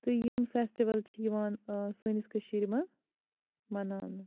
تہٕ یِم فیٚسٹِول چھِ یِوان ٲں سٲنِس کٔشیٖرِ منٛز مَناونہٕ